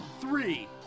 three